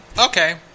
okay